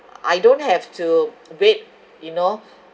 I don't have to wait you know